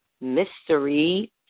Mystery